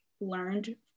learned